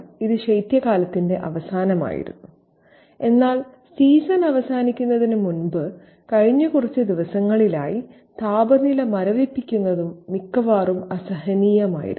ഇത് ശൈത്യകാലത്തിന്റെ അവസാനമായിരുന്നു എന്നാൽ സീസൺ അവസാനിക്കുന്നതിന് മുമ്പ് കഴിഞ്ഞ കുറച്ച് ദിവസങ്ങളായി താപനില മരവിപ്പിക്കുന്നതും മിക്കവാറും അസഹനീയവുമായിരുന്നു